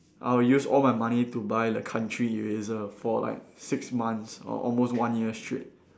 I'll use all my money to buy the country eraser for like six months or almost one year straight